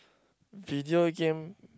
video game